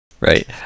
Right